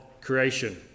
creation